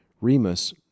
Remus